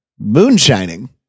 Moonshining